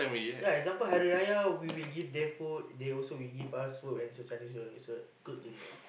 yea example Hari-Raya we will give them food they also will give us food when the Chinese New Year it's a good thing lah